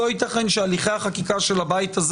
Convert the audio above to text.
לא ייתכן שהליכי החקיקה של הבית הזה